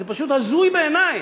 זה פשוט הזוי בעיני.